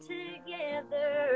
together